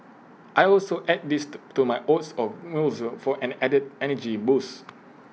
I also add these to to my oats or muesli for an added energy boost